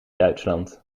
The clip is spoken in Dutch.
duitsland